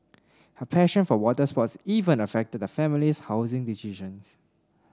her passion for water sports even affected the family's housing decisions